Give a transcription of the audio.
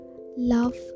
love